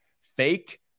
fake